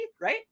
right